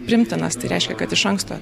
priimtinas tai reiškia kad iš anksto